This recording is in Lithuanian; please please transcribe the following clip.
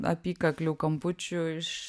apykaklių kampučių iš